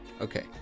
Okay